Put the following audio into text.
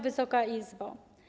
Wysoka Izbo!